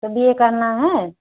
तो B A करना है